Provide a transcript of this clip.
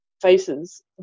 faces